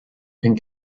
pink